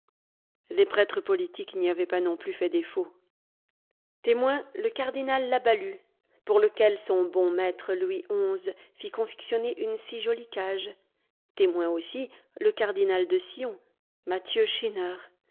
les prêtres politiques n'y avaient pas non plus fait défaut témoin le cardinal la balue pour lequel son bon maître louis xi fit confectionner une si jolie cage témoin aussi le cardinal de sion mathieu